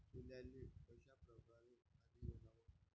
सोल्याले कशा परकारे पानी वलाव?